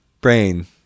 brain